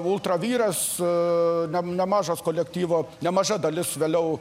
ultravires ne nemažas kolektyvo nemaža dalis vėliau